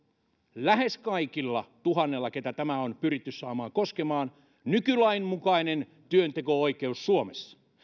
lähes kaikilla niillä tuhannella joita tämä on pyritty saamaan koskemaan on nykylain mukainen työnteko oikeus suomessa